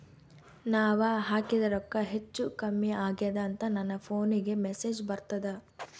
ನಾವ ಹಾಕಿದ ರೊಕ್ಕ ಹೆಚ್ಚು, ಕಮ್ಮಿ ಆಗೆದ ಅಂತ ನನ ಫೋನಿಗ ಮೆಸೇಜ್ ಬರ್ತದ?